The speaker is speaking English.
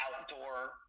outdoor